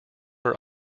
are